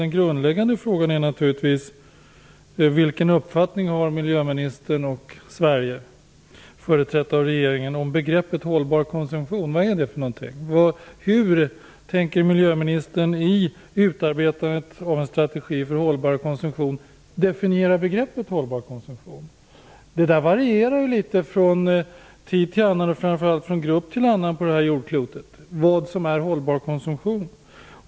En grundläggande fråga är naturligtvis vilken uppfattning som miljöministern och Sverige, företrätt av regeringen, har om begreppet hållbar konsumtion. Hur definieras begreppet hållbar konsumtion? Det varierar litet från tid till annan och från grupp till annan på detta jordklot vad som är hållbar konsumtion.